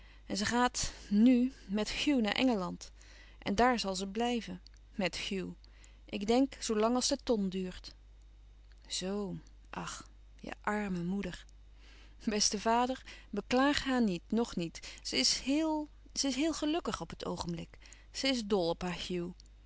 en ze gaat nu met hugh naar engeland en daar zal ze blijven met hugh ik denk zoo lang als de ton duurt zoo ach je àrme moeder beste vader beklaag haar niet nog niet ze is heel ze is heel gelukkig op het oogenblik ze is dol